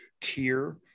tier